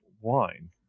wine